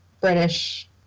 British